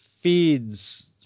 feeds